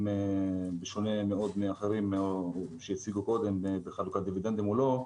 בשונה מאוד מאחרים שדיברו קודם שעסוקים בחלוקת דיבידנדים או לא,